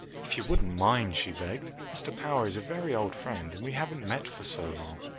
if you wouldn't mind? she begged. mr. power is a very old friend and we haven't met for so long.